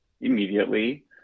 immediately